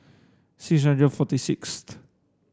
six hundred forty sixth